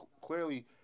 clearly